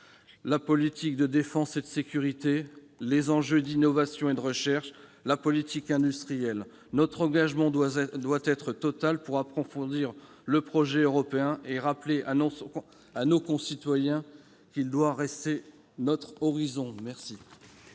la politique de défense et de sécurité, les enjeux d'innovation et de recherche, la politique industrielle. Notre engagement doit être total pour approfondir le projet européen et rappeler à nos concitoyens qu'il doit rester notre horizon. La